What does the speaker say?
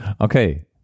Okay